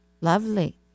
lovely